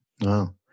Wow